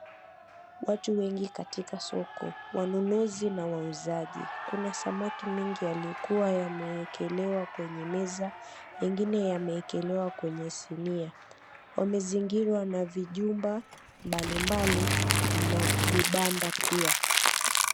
Watu wengi katika soko wanunuzi na wauzaji, kuna samaki mengi yaliyokuwa yamewekelewa kwenye meza yengine yamewekelewa kwenye sinia, wamezingirwa na vijumba mbali mbali na vibanda pia.